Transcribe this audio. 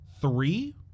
three